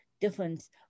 difference